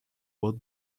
road